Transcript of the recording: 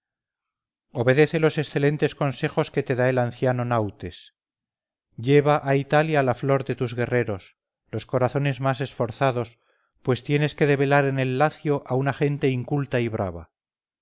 obedece los excelentes consejos que te da el anciano nautes lleva a italia la flor de tus guerreros los corazones más esforzados pues tienes que debelar en el lacio a una gente inculta y brava